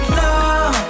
love